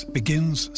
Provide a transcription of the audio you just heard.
begins